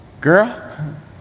girl